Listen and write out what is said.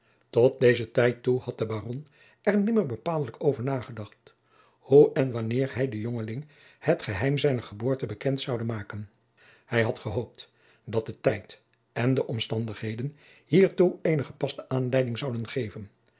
tot dezen tijd toe had de baron er nimmer bepaaldelijk over nagedacht hoe en wanneer hij den jongeling het geheim zijner geboorte bekend zoude maken hij had gehoopt dat de tijd en de omstandigheden hiertoe eene gepaste aanleiding zouden geven